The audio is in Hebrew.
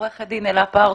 עורכת דין אלה פרטוש,